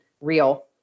real